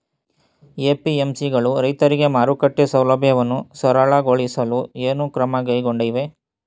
APMC ಗಳು ರೈತರಿಗೆ ಮಾರುಕಟ್ಟೆ ಸೌಲಭ್ಯವನ್ನು ಸರಳಗೊಳಿಸಲು ಏನು ಕ್ರಮ ಕೈಗೊಂಡಿವೆ?